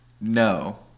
No